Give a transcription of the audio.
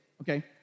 okay